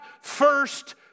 first